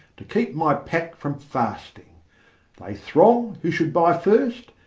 to keep my pack from fasting they throng who should buy first,